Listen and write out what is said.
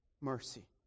mercy